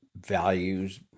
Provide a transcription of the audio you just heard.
values